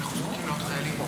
אנחנו זקוקים לעוד חיילים.